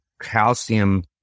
calcium